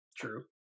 true